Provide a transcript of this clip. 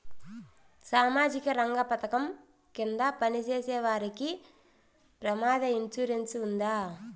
సామాజిక రంగ పథకం కింద పని చేసేవారికి ప్రమాద ఇన్సూరెన్సు ఉందా?